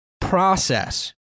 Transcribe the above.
process